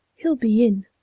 he'll be in,